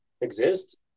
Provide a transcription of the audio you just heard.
exist